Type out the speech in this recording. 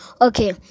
okay